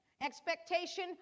Expectation